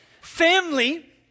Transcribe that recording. Family